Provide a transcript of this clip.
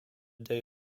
day